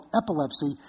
epilepsy